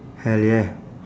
hell yeah